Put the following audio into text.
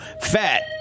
Fat